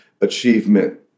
achievement